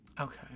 Okay